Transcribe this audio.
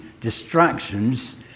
distractions